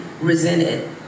resented